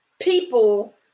people